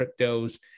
cryptos